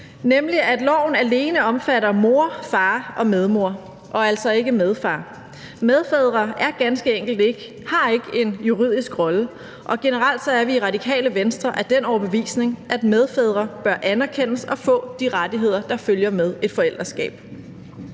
nemlig, at lovforslaget alene omfatter mor, far og medmor og altså ikke medfar. Medfædre har ganske enkelt ikke en juridisk rolle, og generelt er vi i Radikale Venstre af den overbevisning, at medfædre bør anerkendes og få de rettigheder, der følger med et forældreskab.